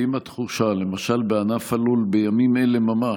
ואם התחושה, למשל, בענף הלול בימים אלה ממש,